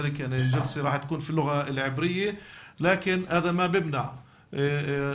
אבל כפי שאתם יודעים,